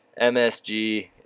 MSG